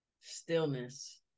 stillness